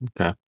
okay